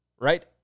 right